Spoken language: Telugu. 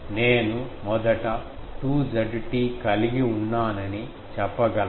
నేను మొదట 2 Zt కలిగి ఉన్నానని చెప్పగలనా